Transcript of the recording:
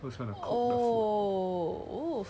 who's going to call the food